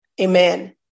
Amen